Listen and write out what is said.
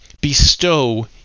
bestow